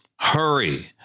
hurry